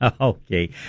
Okay